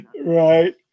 right